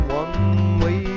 one-way